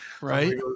Right